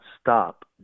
stop